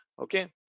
okay